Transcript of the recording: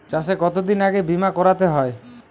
চাষে কতদিন আগে বিমা করাতে হয়?